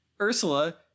Ursula